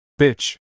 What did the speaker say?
Bitch